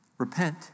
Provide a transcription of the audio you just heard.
Repent